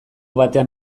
batean